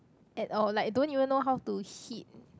at all like don't even know how to hit